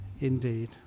Indeed